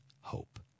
hope